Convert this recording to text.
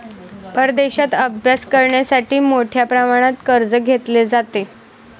परदेशात अभ्यास करण्यासाठी मोठ्या प्रमाणात कर्ज घेतले जाते